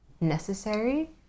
necessary